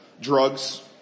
Drugs